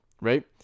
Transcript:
Right